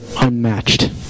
unmatched